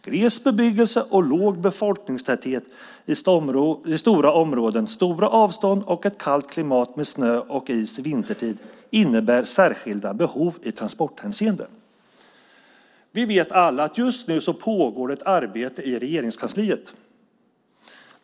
Gles bebyggelse och låg befolkningstäthet i stora områden, stora avstånd och ett kallt klimat med snö och is vintertid innebär särskilda behov i transporthänseende." Vi vet alla att det just nu pågår ett arbete i Regeringskansliet.